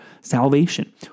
salvation